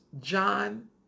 John